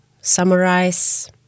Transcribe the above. summarize